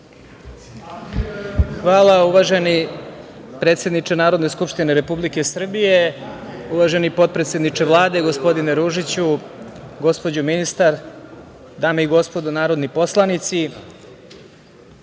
Hvala, uvaženi predsedniče Narodne skupštine Republike Srbije. Uvaženi potpredsedniče Vlade, gospodine Ružiću, gospođo ministar, dame i gospodo narodni poslanici,